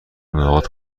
ملاقات